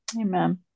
Amen